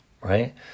right